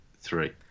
three